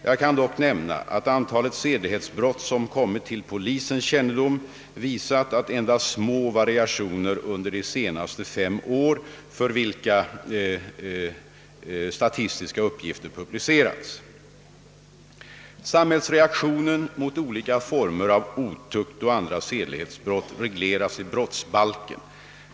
Jag kan dock nämna att antalet sedlighetsbrott som kommit till polisens kännedom visat endast små variationer under de senaste 5 år, för vilka statistiska uppgifter publicerats. Samhällsreaktionen mot olika former av otukt och andra sedlighetsbrott regleras i brottsbalken.